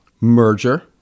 merger